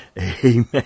Amen